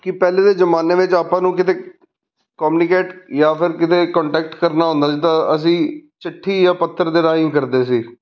ਕਿ ਪਹਿਲੇ ਦੇ ਜ਼ਮਾਨੇ ਵਿੱਚ ਆਪਾਂ ਨੂੰ ਕਿਤੇ ਕੋਂਮਨੀਕੇਟ ਜਾਂ ਫਿਰ ਕਿਤੇ ਕੋਂਟੈਕਟ ਕਰਨਾ ਹੁੰਦਾ ਸੀ ਤਾਂ ਅਸੀਂ ਚਿੱਠੀ ਜਾਂ ਪੱਤਰ ਦੇ ਰਾਹੀਂ ਕਰਦੇ ਸੀ